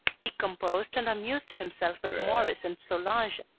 he composed and amused himself with maurice and solange,